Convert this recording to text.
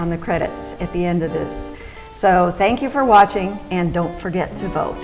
on the credits at the end of this so thank you for watching and don't forget to vote